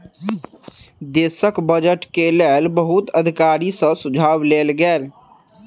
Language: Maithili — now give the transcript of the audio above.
देशक बजट के लेल बहुत अधिकारी सॅ सुझाव लेल गेल